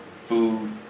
food